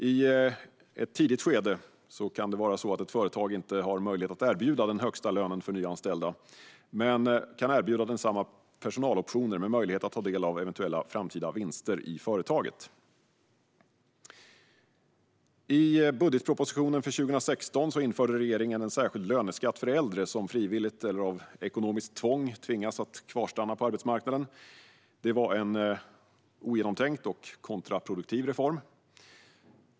I ett tidigt skede kan det vara så att ett företag inte har möjlighet att erbjuda den högsta lönen för nyanställda men att man kan erbjuda dem personaloptioner med möjlighet att ta del av eventuella framtida vinster i företaget. I budgetpropositionen för 2016 införde regeringen en särskild löneskatt för äldre som frivilligt eller av ekonomiskt tvång kvarstannar på arbetsmarknaden. Det var en ogenomtänkt och kontraproduktiv reform.